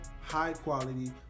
high-quality